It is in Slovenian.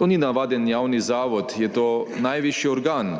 To ni navaden javni zavod, to je najvišji organ,